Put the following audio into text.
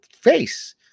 face